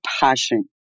passion